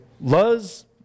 Luz